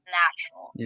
natural